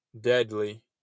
deadly